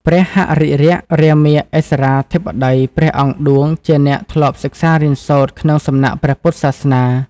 ព្រះហរិរក្សរាមាឥស្សរាធិបតីព្រះអង្គឌួងជាអ្នកធ្លាប់សិក្សារៀនសូត្រក្នុងសំណាក់ព្រះពុទ្ធសាសនា។